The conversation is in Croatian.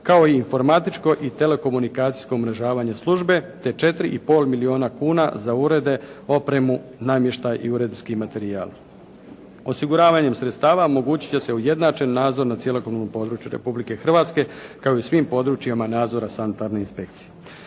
kao i informatičko i telekomunikacijsko umrežavanje službe, te 4,5 milijuna kuna za urede, opremu, namještaj i uredski materijal. Osiguravanjem sredstava omogućit će se ujednačen nadzor na cjelokupnom području Republike Hrvatske kao i u svim područjima nadzora sanitarne inspekcije.